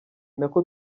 nako